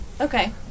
Okay